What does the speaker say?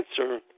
answer